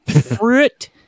Fruit